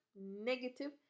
negative